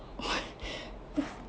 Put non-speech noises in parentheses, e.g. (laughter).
(laughs)